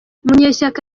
munyeshyaka